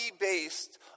based